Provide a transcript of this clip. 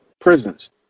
Prisons